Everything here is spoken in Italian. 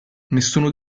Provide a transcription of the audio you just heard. nessuno